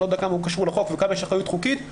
לא יודע כמה הוא קשור לחוק וכמה יש אחריות חוקית.